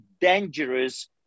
dangerous